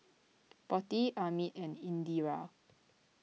Potti Amit and Indira